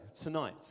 tonight